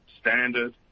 standard